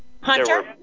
Hunter